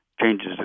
changes